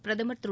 பிரதமர் திரு